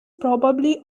probably